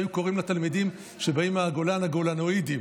היו קוראים לתלמידים שבאים מהגולן "הגולנואידים".